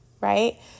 right